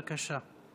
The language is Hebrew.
בבקשה.